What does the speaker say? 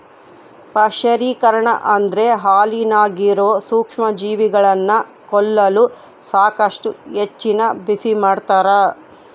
ಪಾಶ್ಚರೀಕರಣ ಅಂದ್ರ ಹಾಲಿನಾಗಿರೋ ಸೂಕ್ಷ್ಮಜೀವಿಗಳನ್ನ ಕೊಲ್ಲಲು ಸಾಕಷ್ಟು ಹೆಚ್ಚಿನ ಬಿಸಿಮಾಡ್ತಾರ